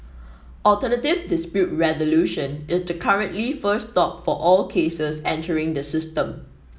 alternative dispute resolution is the currently first stop for all cases entering the system